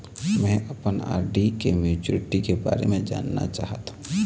में ह अपन आर.डी के मैच्युरिटी के बारे में जानना चाहथों